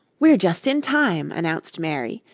we're just in time, announced mary,